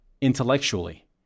intellectually